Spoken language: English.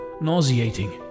Nauseating